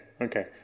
okay